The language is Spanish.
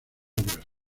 obras